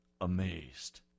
amazed